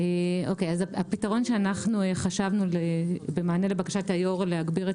הפתרון שאנחנו חשבנו במענה לבקשת היו"ר להגביר את